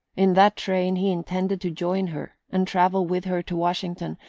in that train he intended to join her, and travel with her to washington,